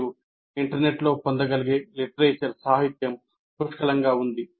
మీరు ఇంటర్నెట్లో పొందగలిగే సాహిత్యం పుష్కలంగా ఉంది